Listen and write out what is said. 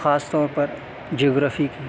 خاص طور پر جیوگرافی کی